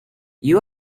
you